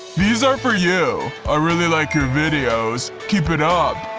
these are for you. i really like your videos. keep it up